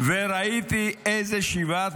וראיתי אילו שבעת